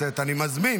מסדר-היום.